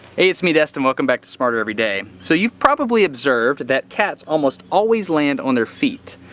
hey, it's me, destin. welcome back to smarter every day. so you've probably observed that cats almost always land on their feet.